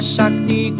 Shakti